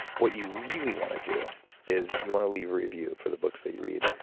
what you really want to do is you want to leave review for the books that you read.